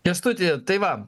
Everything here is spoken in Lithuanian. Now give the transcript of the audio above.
kęstuti tai va